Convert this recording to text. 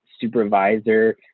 supervisor